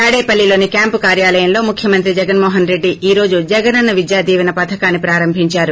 తాడేపల్లిలోని క్యాంపు కార్యాలయంలో ముఖ్యమంత్రి జగన్మోహన్ రెడ్డి ఈ రోజు జగనన్న విద్యా దీవెన పథకాన్పి ప్రారంభిందారు